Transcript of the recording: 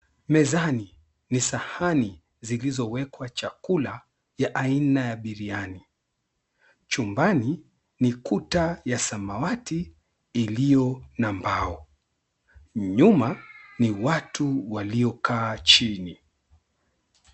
Mezani ni sahani zilizowekwa chakula ya aina ya biriani. Chumbani ni kuta ya samawati iliyo na mbao. Nyuma ni watu waliokaa chini.